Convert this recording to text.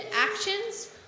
actions